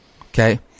Okay